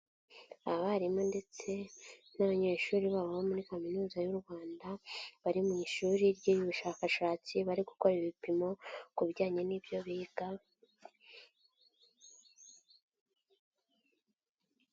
Abarimu ndetse n'abanyeshuri babo bo muri kaminuza y'u Rwanda bari mu ishuri ry'ubushakashatsi bari gukora ibipimo ku bijyanye n'ibyo biga.